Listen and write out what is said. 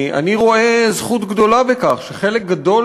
אני רואה זכות גדולה בכך שחלק גדול